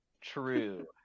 True